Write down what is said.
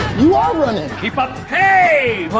you are running. keep up. hey,